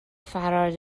فراری